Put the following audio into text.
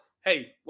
hey